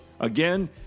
Again